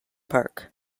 park